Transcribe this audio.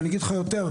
ואני אגיד לך יותר,